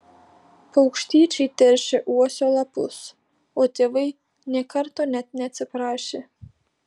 paukštyčiai teršė uosio lapus o tėvai nė karto net neatsiprašė